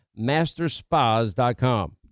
masterspas.com